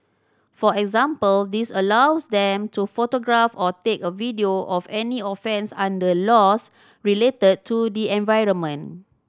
for example this allows them to photograph or take a video of any offence under laws related to the environment